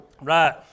Right